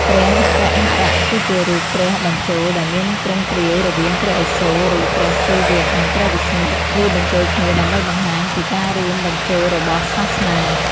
ព្រះហរិហរៈគឺជារូបព្រះបញ្ចូល ដែលមានទ្រង់ទ្រាយរវាងព្រះឥសូរ (ឬ ព្រះសិវៈ) និងព្រះវិស្ណុ លាយបញ្ចូលគ្នាដើម្បីបង្ហាញពីការរួមបញ្ចូលរបស់សាសនា។